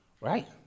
Right